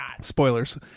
Spoilers